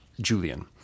Julian